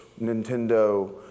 Nintendo